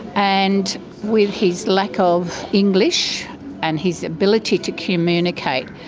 and with his lack of english and his ability to communicate,